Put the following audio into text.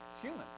human